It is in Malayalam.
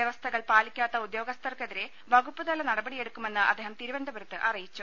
വ്യവസ്ഥകൾ പാലിക്കാത്ത ഉദ്യോഗസ്ഥർക്കെതിരെ വകുപ്പ്തല നടപടിയെടുക്കുമെന്ന് അദ്ദേഹം തിരുവനന്തപുരത്ത് അറിയിച്ചു